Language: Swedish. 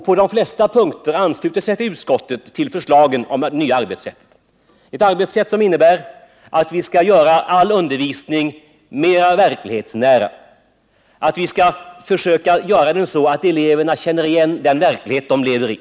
På de flesta punkter ansluter sig utskottet till förslaget om nytt arbetssätt. Det arbetssättet innebär att vi skall göra all undervisning mer verklighetsnära, att skolan skall fungera så att eleverna känner igen den verklighet de lever i.